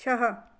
छः